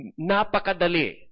Napakadale